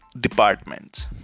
departments